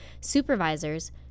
supervisors